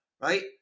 right